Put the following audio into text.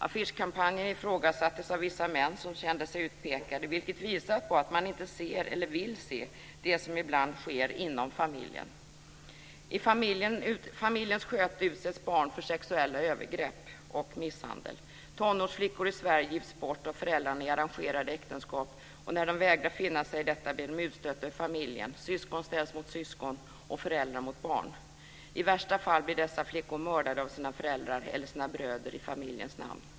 Affischkampanjen ifrågasattes av vissa män som kände sig utpekade, vilket visar på att man inte ser eller vill se det som ibland sker inom familjen. I familjens sköte utsätts barn för sexuella övergrepp och misshandel. Tonårsflickor i Sverige gifts bort av föräldrarna i arrangerade äktenskap, och när de vägrar finna sig i detta blir de utstötta ur familjen. Syskon ställs mot syskon och föräldrar mot barn. I värsta fall blir dessa flickor mördade av sina föräldrar eller sina bröder i familjens namn.